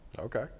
Okay